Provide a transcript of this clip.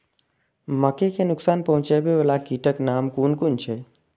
मके के नुकसान पहुँचावे वाला कीटक नाम कुन कुन छै?